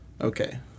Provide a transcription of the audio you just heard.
Okay